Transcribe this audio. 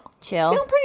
Chill